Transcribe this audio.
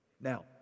Now